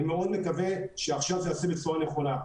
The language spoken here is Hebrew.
אני מאוד מקווה שזה עכשיו ייעשה בצורה נכונה.